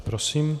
Prosím.